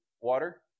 water